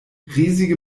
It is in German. riesige